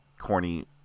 corny